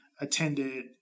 attended